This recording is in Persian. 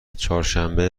چهارشنبه